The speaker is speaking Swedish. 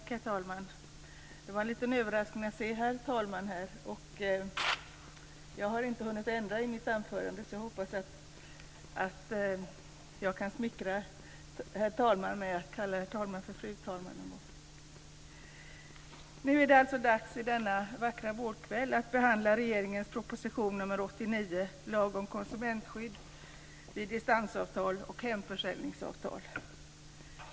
Herr talman! Det var en liten överraskning att se herr talman här. Jag har inte hunnit ändra i mitt manus. Därför hoppas jag att jag kan smickra herr talman med att kalla herr talman för fru talman någon gång. Denna vackra vårkväll är det alltså dags att behandla regeringens proposition nr 89, Lag om konsumentskydd vid distansavtal och hemförsäljningsavtal.